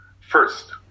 First